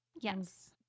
Yes